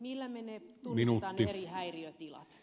millä me tunnistamme ne eri häiriötilat